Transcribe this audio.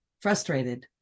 frustrated